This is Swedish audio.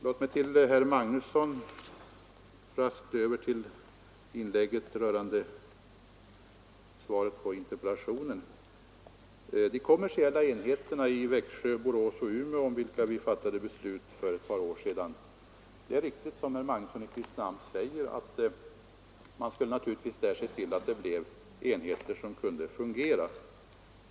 Låt mig gå raskt över till inlägget av herr Magnusson i Kristinehamn med anledning av svaret på interpellationen. Beträffande de kommersiella enheterna i Växjö, Borås och Umeå, om vilka vi fattade beslut för ett par år sedan, är det riktigt som herr Magnusson i Kristinehamn säger, att man naturligtvis där skulle se till att det blev enheter som kunde fungera.